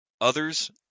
Others